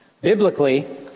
Biblically